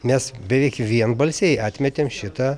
mes beveik vienbalsiai atmetėm šitą